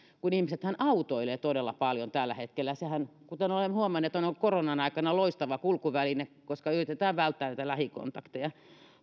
kun ihmisethän autoilevat todella paljon tällä hetkellä sehän kuten olemme huomanneet on ollut koronan aikana loistava kulkuväline koska yritetään välttää niitä lähikontakteja